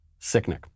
Sicknick